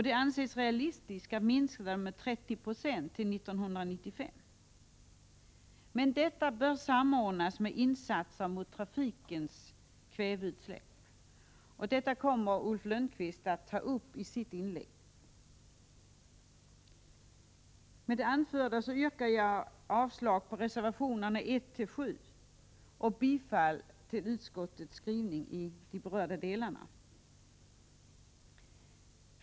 Det anses realistiskt att minska dem med 30 2 till 1995, men det bör samordnas med insatser mot trafikens kväveutsläpp. Detta kommer Ulf Lönnqvist att ta upp i sitt inlägg. Med det anförda yrkar jag avslag på reservationerna 1-7 och bifall till utskottets skrivning i berörda delar.